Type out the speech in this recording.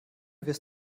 wirst